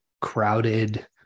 crowded